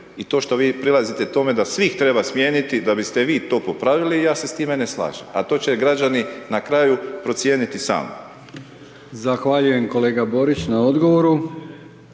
I to što vi prilazite tome da svih treba smijeniti da biste vi to popravili i ja se s time ne slažem, a to će građani na kraju procijeniti sami.